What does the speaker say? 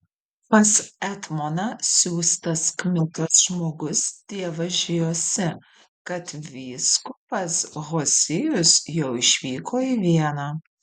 pas etmoną siųstas kmitos žmogus dievažijosi kad vyskupas hozijus jau išvyko į vieną